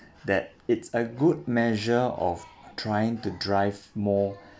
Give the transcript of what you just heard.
that it's a good measure of trying to drive more